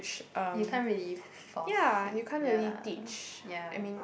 you can't really force it ya ya